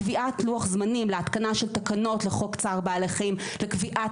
קביעת לוח זמנים להתקנה של תקנות לחוק צער בעלי חיים לקביעת